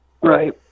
right